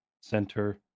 center